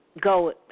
go